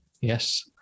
Yes